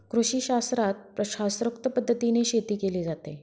कृषीशास्त्रात शास्त्रोक्त पद्धतीने शेती केली जाते